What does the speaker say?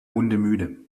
hundemüde